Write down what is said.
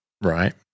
right